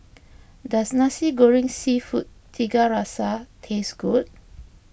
does Nasi Goreng Seafood Tiga Rasa taste good